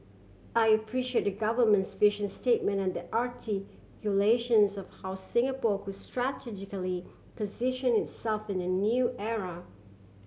I appreciate the Government's vision statement and the articulations of how Singapore could strategically position itself in the new era